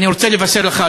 אני רוצה לבשר לך,